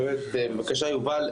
יובל,